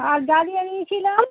আর dahlia নিয়েছিলাম